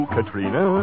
Katrina